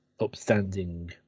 upstanding